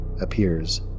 appears